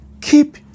Keep